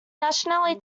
nationally